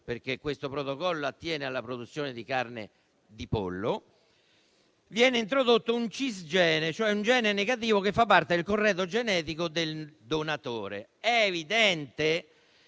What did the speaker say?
perché questo protocollo attiene alla produzione di carne di pollo - viene introdotto un cisgene, cioè un gene negativo che fa parte del corredo genetico del donatore. È evidente